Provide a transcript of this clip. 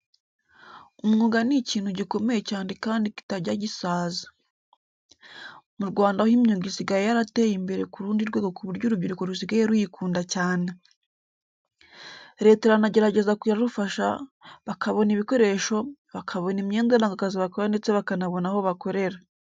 Umwuga ni ikintu gikomeye cyane kandi kitajya gisaza. Mu Rwanda ho imyuga isigaye yarateye imbere ku rundi rwego ku buryo urubyiruko rusigaye ruyikunda cyane. Leta iranagerageza ikarufasha, bakabona ibikoresho, bakabona imyenda iranga akazi bakora ndetse bakanabona aho bakorera.